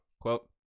quote